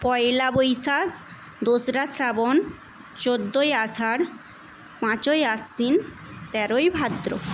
পয়লা বৈশাখ দোসরা শ্রাবন চোদ্দোই আষাঢ় পাঁচই আশ্বিন তেরোই ভাদ্র